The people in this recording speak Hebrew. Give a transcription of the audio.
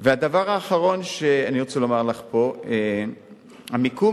הדבר האחרון שאני רוצה לומר לךְ פה: המיקום